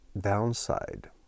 downside